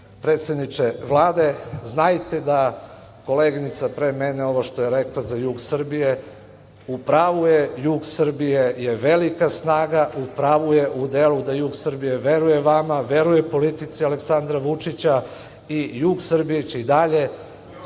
predsedniče Vlade, znajte da koleginica pre mene ovo što je rekla za jug Srbije - u pravu je. Jug Srbije je velika snaga, u pravu je u delu da jug Srbije veruje vama, veruje politici Aleksandra Vučića i jug Srbije će i dalje